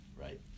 right